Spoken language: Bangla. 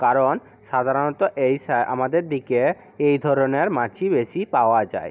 কারণ সাধারণত এই সা আমাদের দিকে এই ধরনের মাছই বেশি পাওয়া যায়